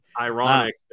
Ironic